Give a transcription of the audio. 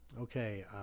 Okay